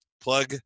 plug